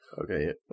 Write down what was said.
Okay